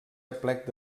aplec